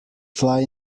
fly